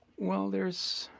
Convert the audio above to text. well there's